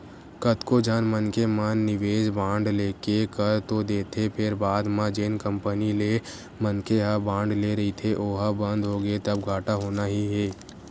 कतको झन मनखे मन निवेस बांड लेके कर तो देथे फेर बाद म जेन कंपनी ले मनखे ह बांड ले रहिथे ओहा बंद होगे तब घाटा होना ही हे